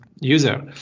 user